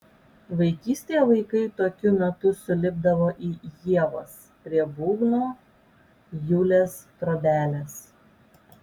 vaikystėje vaikai tokiu metu sulipdavo į ievas prie būgno julės trobelės